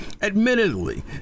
Admittedly